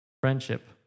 Friendship